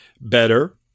better